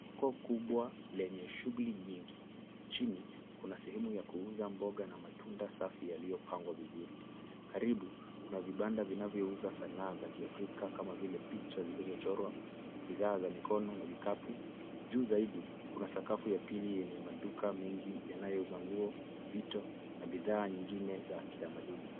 Soko kubwa lenye shughuli nyingi, chini kuna sehemu ya kuuza mboga na matunda safi yaliyopangwa vizuri. Karibu, kuna vibanda vinavyouza sanaa za kiafrika kama vile picha zilizochorwa, bidhaa za mikono na vikapu. Juu zaidi, kuna sakafu ya pili yenye maduka mengi yanayouza nguo, vito na bidhaa nyingine za kitamaduni.